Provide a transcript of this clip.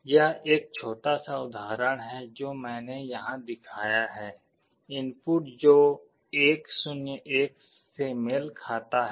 यह एक छोटा सा उदाहरण है जो मैंने यहां दिखाया है इनपुट जो 1 0 1 से मेल खाता है